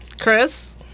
Chris